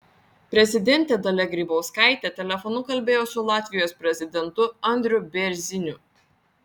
prezidentė dalia grybauskaitė telefonu kalbėjo su latvijos prezidentu andriu bėrziniu